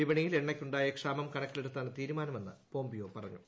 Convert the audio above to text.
വിപണിയിൽ എണ്ണയ്ക്കുണ്ടായ ക്ഷാമം കണക്കിലെ ടുത്താണ് തീരുമാനമെന്ന് പോംപിയോ പറഞ്ഞു